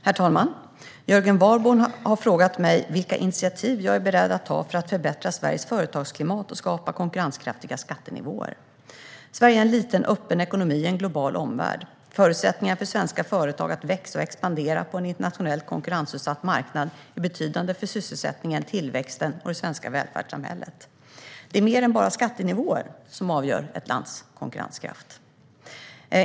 Herr talman! Jörgen Warborn har frågat mig vilka initiativ jag är beredd att ta för att förbättra Sveriges företagsklimat och skapa konkurrenskraftiga skattenivåer. Sverige är en liten, öppen ekonomi i en global omvärld. Förutsättningarna för svenska företag att växa och expandera på en internationellt konkurrensutsatt marknad är betydande för sysselsättningen, tillväxten och det svenska välfärdssamhället. Det är mer än bara skattenivåer som avgör ett lands konkurrenskraft.